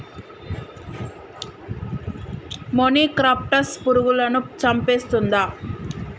మొనిక్రప్టస్ పురుగులను చంపేస్తుందా?